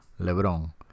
Lebron